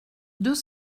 deux